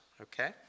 okay